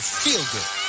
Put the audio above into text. feel-good